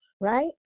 right